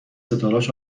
ستارههاش